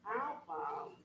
album